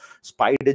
spider